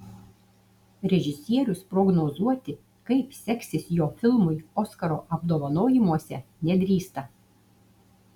režisierius prognozuoti kaip seksis jo filmui oskaro apdovanojimuose nedrįsta